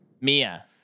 Mia